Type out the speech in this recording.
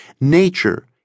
Nature